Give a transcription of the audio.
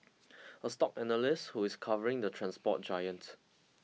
a stock analyst who is covering the transport giant